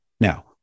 Now